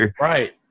Right